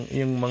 yung